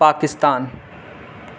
Pakistan